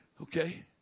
Okay